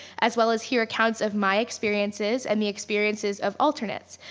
as well as hear accounts of my experiences and the experiences of alternates.